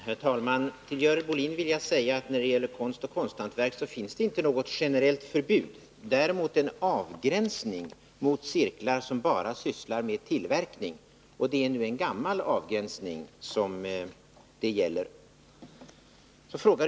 Herr talman! Till Görel Bohlin vill jag säga att när det gäller konst och konsthantverk finns det inget generellt förbud. Däremot finns det en gränsdragning mot cirklar som bara sysslar med tillverkning, och det är en gammal avgränsning som det gäller.